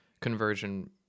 conversion